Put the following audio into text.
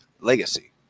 Legacy